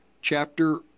chapter